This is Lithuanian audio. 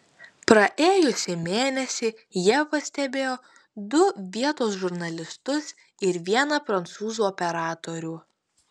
praėjusį mėnesį jie pastebėjo du vietos žurnalistus ir vieną prancūzų operatorių